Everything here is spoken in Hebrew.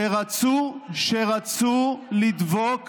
שרצו לדבוק,